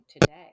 today